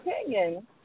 opinion